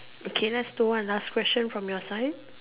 okay that's the one last question from your side